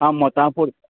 आं मतां पुर